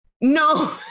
no